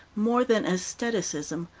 more than estheticism,